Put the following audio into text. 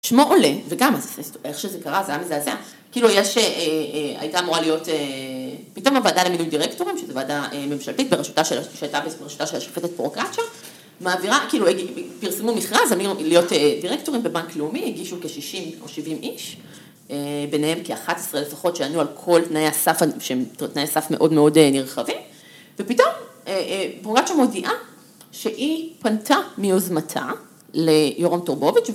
שמו עולה, וגם איך שזה קרה, זה היה מזעזע, כאילו, יש, הייתה אמורה להיות, פתאום הוועדה למינוי דירקטורים, שזו ועדה ממשלתית בראשותה של, שהייתה בראשותה של השופטת פרוקצ'יה, מעבירה, כאילו, פרסמו מכרז, למינוי להיות דירקטורים בבנק לאומי, הגישו כ-60 או-70 איש, ביניהם כ-11 לפחות, שענו על כל תנאי הסף, שהם תנאי סף מאוד מאוד נרחבים, ופתאום, פרוקצ'יה מודיעה שהיא פנתה מיוזמתה ליורם טורבוביץ',